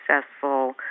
successful